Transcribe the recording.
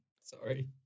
Sorry